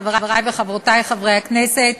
חברי וחברותי חברי הכנסת,